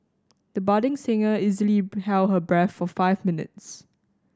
the budding singer easily held her breath for five minutes